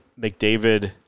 McDavid